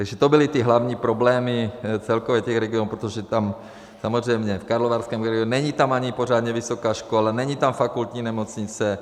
Takže to byly ty hlavní problémy celkově těch regionů, protože tam samozřejmě, v karlovarském, není tam ani pořádně vysoká škola, není tam fakultní nemocnice.